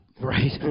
Right